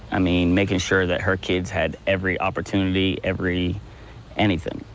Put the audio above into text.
i mean making sure that her kids had every opportunity, every anything.